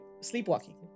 sleepwalking